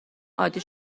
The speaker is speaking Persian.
عادی